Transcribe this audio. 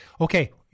Okay